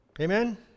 amen